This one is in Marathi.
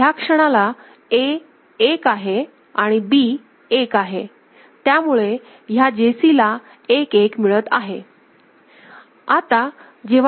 तर ह्या क्षणाला A एक आहे आणि B एक आहे त्यामुळे ह्या JC ला 1 1 मिळत आहे